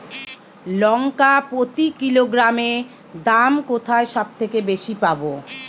লঙ্কা প্রতি কিলোগ্রামে দাম কোথায় সব থেকে বেশি পাব?